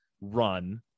run